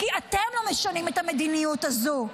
כי אתם לא משנים את המדיניות הזאת.